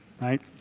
right